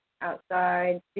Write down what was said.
outside